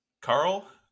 Carl